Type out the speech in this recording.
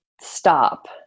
stop